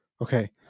okay